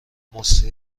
مسری